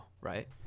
right